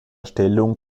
stellung